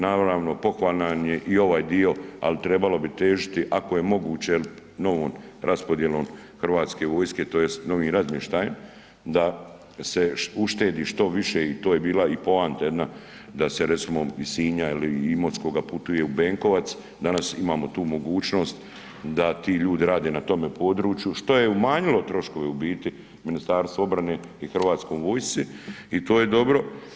Naravno, pohvalan je i ovaj dio, ali trebalo bi težiti, ako je moguće novom raspodjelom Hrvatske vojske, tj. novim razmještajem da se uštedi što više i to je bila i poanta jedna, da se recimo, iz Sinja ili Imotskoga putuje u Benkovac, danas imamo tu mogućnost da ti ljudi rade na tome području, što je umanjilo troškove u biti MORH-u i Hrvatskoj vojsci i to je dobro.